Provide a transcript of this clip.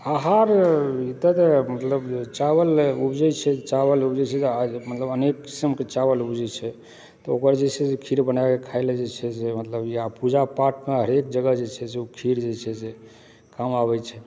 आहार एतय तऽ मतलब चावल उपजैत छै चावल उपजैत छै तऽ मतलब अनेक किस्मके चावल उपजैत छै तऽ ओकर जे छै से खीर बनाके खाइ लेल जे छै से मतलब या पूजा पाठमे हरेक जगह जे छै से ओ खीर जे छै से काम आबैत छै